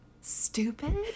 stupid